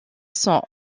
sont